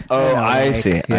oh, i see.